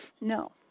No